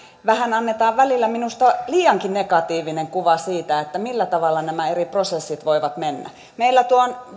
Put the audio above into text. vähän annetaan välillä minusta liiankin negatiivinen kuva siitä millä tavalla nämä eri prosessit voivat mennä meillä